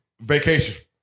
Vacation